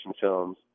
films